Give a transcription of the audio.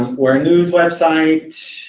we're a news website,